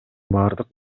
бардык